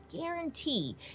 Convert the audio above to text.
guarantee